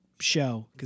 show